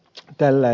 tällä